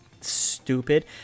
stupid